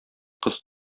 кыз